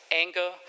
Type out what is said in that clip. anger